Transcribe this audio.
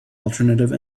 alternative